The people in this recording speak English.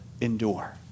endure